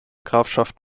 grafschaft